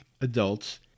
adults